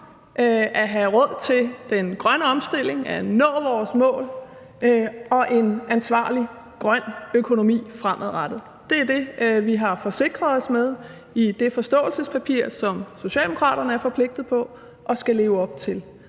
at have råd til den grønne omstilling, for at nå vores mål og for fremadrettet at have en ansvarlig grøn økonomi. Det er det, vi har forsikret os om i det forståelsespapir, som Socialdemokraterne er forpligtet på og skal leve op til.